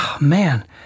Man